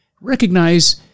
Recognize